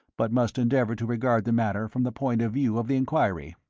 but must endeavour to regard the matter from the point of view of the enquiry.